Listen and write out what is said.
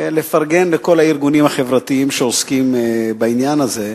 לפרגן לכל הארגונים החברתיים שעוסקים בעניין הזה,